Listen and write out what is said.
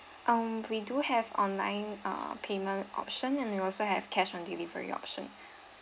um we do have online uh payment option and we also have cash on delivery option